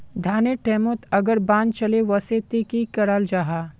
धानेर टैमोत अगर बान चले वसे ते की कराल जहा?